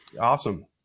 Awesome